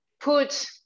put